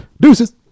Deuces